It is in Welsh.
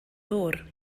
ddŵr